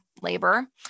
labor